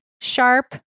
sharp